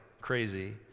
crazy